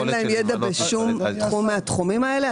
אין להם ידע בשום תחום מהתחומים האלה?